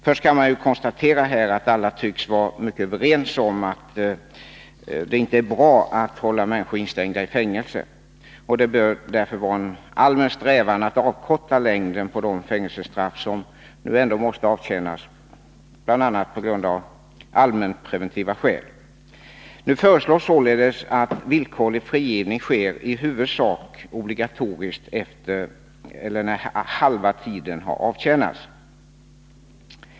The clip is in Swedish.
Först kan man konstatera att alla tycks vara överens om att det inte är bra att hålla människor instängda i fängelser och att det därför bör vara en allmän strävan att avkorta längden på de fängelsestraff som ändå måste avtjänas, bl.a. av allmänpreventiva skäl. Nu föreslås således att villkorlig frigivning skall ske i huvudsak obligatoriskt när halva strafftiden har avtjänats.